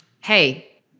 hey